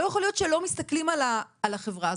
לא יכול להיות שלא מסתכלים על החברה הזאת.